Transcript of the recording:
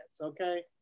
Okay